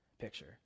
picture